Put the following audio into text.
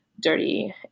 Dirty